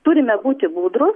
turime būti budrūs